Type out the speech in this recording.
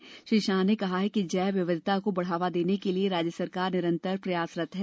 मंत्री श्री शाह ने कहा कि जैव विविधता को बढ़ावा देने के लिये राज्य सरकार निरंतर प्रयासरत है